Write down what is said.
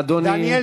דניאל